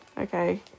Okay